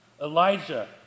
Elijah